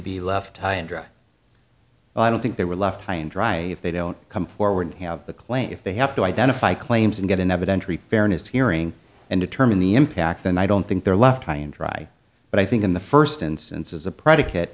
be left high and dry well i don't think they were left high and dry if they don't come forward and have a claim if they have to identify claims and get an evidentiary fairness hearing and determine the impact and i don't think they're left high and dry but i think in the first instance as a predicate